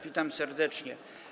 Witam serdecznie.